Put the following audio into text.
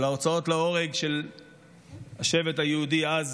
על ההוצאות להורג של השבט היהודי אז,